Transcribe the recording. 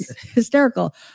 hysterical